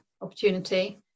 opportunity